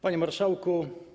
Panie Marszałku!